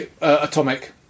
Atomic